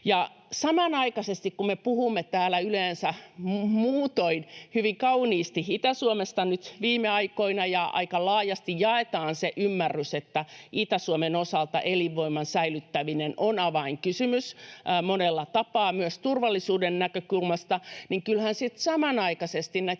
Samanaikaisesti kun me olemme puhuneet täällä yleensä muutoin hyvin kauniisti Itä-Suomesta nyt viime aikoina ja aika laajasti jaetaan se ymmärrys, että Itä-Suomen osalta elinvoiman säilyttäminen on avainkysymys monella tapaa, myös turvallisuuden näkökulmasta, niin kyllähän samanaikaisesti